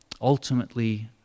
ultimately